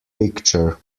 picture